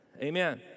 Amen